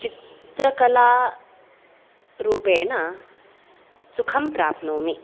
चित्रकलारूपेण सुखं प्राप्नोमि